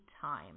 time